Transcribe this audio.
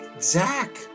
Zach